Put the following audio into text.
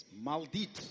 maldito